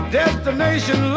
destination